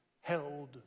held